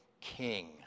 King